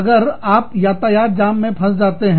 अगर आप यातायातजाम में फँस जाते हैं